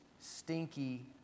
stinky